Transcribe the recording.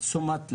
תשומת לב.